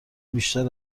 بیشتر